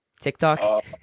tiktok